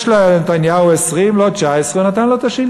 יש לנתניהו 20, לא 19, והוא נתן לו את השלטון.